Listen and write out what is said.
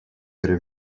верой